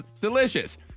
delicious